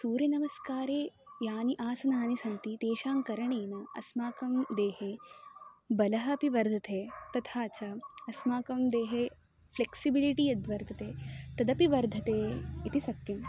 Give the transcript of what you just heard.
सूर्यनमस्कारे यानि आसनानि सन्ति तेषां करणेन अस्माकं देहे बलः अपि वर्धते तथा च अस्माकं देहे फ़्लेक्सिबलिटि यद् वर्तते तदपि वर्धते इति सत्यम्